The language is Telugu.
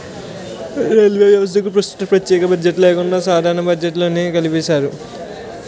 రైల్వే వ్యవస్థకు ప్రస్తుతం ప్రత్యేక బడ్జెట్ లేకుండా సాధారణ బడ్జెట్లోనే కలిపేశారు